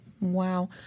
Wow